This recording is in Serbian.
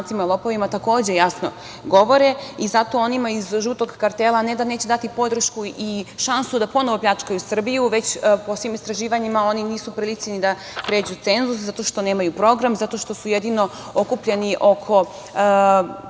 onima iz žutog kartela ne da neće dati podršku i šansu da ponovo pljačkaju Srbiju, već po svim istraživanjima oni nisu u prilici ni da pređu cenzus, zato što nemaju program, zato što su jedino okupljeni oko